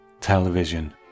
television